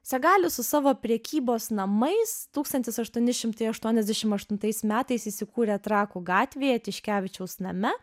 segalis su savo prekybos namais tūkstantis aštuoni šimtai aštuoniasdešimt aštuntais metais įsikūrė trakų gatvėje tiškevičiaus name